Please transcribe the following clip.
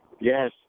Yes